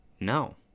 no